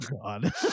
God